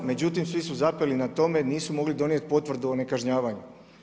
Međutim, svi su zapeli na tome, nisu mogli donijeti potvrdu o nekažnjavanju.